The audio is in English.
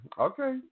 Okay